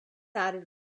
added